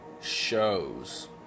shows